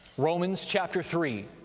romans, chapter three,